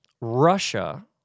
Russia